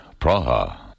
Praha